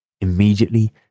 Immediately